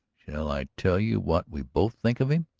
shall i tell you what we both think of him?